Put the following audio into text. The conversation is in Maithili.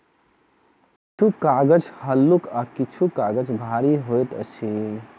किछु कागज हल्लुक आ किछु काजग भारी होइत अछि